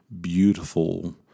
beautiful